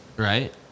Right